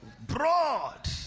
broad